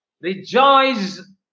Rejoice